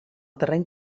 terreny